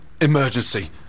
emergency